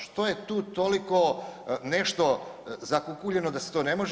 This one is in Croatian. Što je tu toliko nešto zakukuljeno da se to ne može?